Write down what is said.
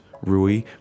Rui